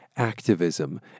Activism